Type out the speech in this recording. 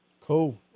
Cool